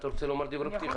אתה רוצה לומר דברי פתיחה?